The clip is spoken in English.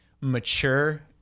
mature